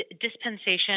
dispensation